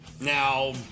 Now